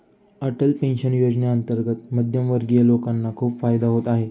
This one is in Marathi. अटल पेन्शन योजनेअंतर्गत मध्यमवर्गीय लोकांना खूप फायदा होत आहे